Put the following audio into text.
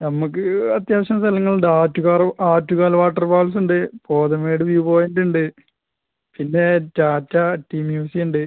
നമുക്ക് അത്യാവശ്യം സ്ഥലങ്ങൾ ഉണ്ട് ആറ്റുകാൽ ആറ്റുകാൽ വാട്ടർഫോൾസ് ഉണ്ട് പോതമേട് വ്യൂ പോയിൻറ് ഉണ്ട് പിന്നെ ടാറ്റാ ടീ മ്യൂസിയം ഉണ്ട്